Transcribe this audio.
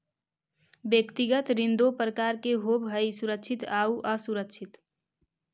व्यक्तिगत ऋण दो प्रकार के होवऽ हइ सुरक्षित आउ असुरक्षित